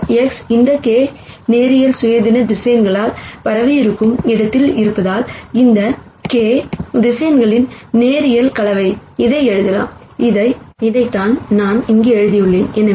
இந்த X̂ இந்த k linear independent வெக்டார்களால் பரவியிருக்கும் இடத்தில் இருப்பதால் இந்த k வெக்டார்களின் லீனியர் கலவையாக இதை எழுதலாம் இதைத்தான் நான் இங்கு எழுதியுள்ளேன்